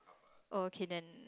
ok then